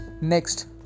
next